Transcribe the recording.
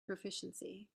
proficiency